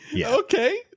Okay